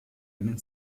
einen